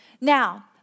Now